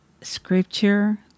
scripture